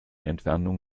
entfernung